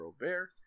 Robert